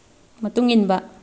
ꯃꯇꯨꯡ ꯏꯟꯕ